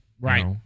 Right